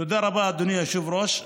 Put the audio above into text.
תודה רבה, אדוני היושב-ראש.